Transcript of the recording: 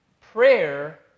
Prayer